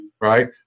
right